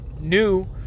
new